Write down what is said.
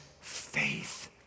faith